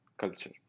culture